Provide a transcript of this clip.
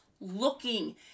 looking